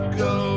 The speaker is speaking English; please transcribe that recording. go